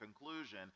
conclusion